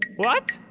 what?